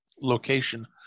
location